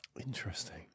Interesting